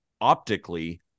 optically